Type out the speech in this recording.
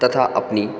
तथा अपनी